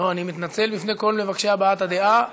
אני מתנצל בפני כל מבקשי הבעת הדעה,